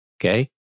okay